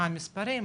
מה המספרים,